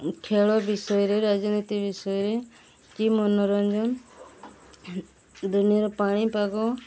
ଖେଳ ବିଷୟରେ ରାଜନୀତି ବିଷୟରେ କି ମନୋରଞ୍ଜନ ଦୁନିଆର ପାଣିପାଗ